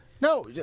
No